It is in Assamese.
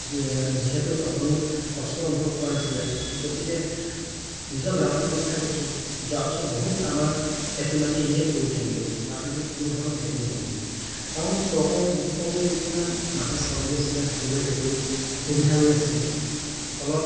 যি যিহেতু অকণো কষ্ট অনুভৱ কৰা নাছিলে গতিকে নিজৰ গাঁওখনৰ কথাই কৈছোঁ যোৱা বছৰ বহুত আমাৰ খেতি মাটি এনেই পৰি থাকি গ'ল তাত নেকি কোনোধৰণৰ খেতি নহ'ল কাৰণ চৰকাৰে দুকুটাকৈ যেতিয়া মাহে চাউল দি আছিলে সকলোৱে সেইটো সুবিধা লৈ আছিলে ফলত